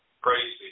crazy